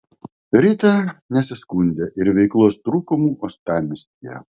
rita nesiskundė ir veiklos trūkumu uostamiestyje